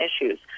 issues